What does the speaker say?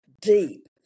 deep